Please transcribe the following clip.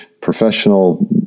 professional